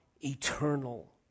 eternal